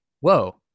Whoa